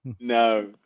no